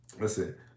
listen